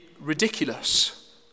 ridiculous